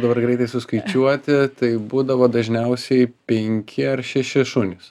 dabar greitai suskaičiuoti tai būdavo dažniausiai penki ar šeši šunys